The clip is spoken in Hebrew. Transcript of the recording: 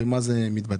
במה זה מתבטא?